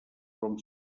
com